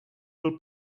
byl